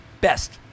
Best